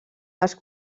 als